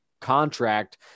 contract